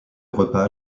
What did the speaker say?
repas